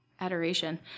Adoration